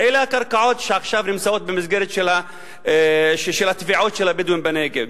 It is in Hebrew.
אלה הקרקעות שעכשיו נמצאות במסגרת של התביעות של הבדואים בנגב.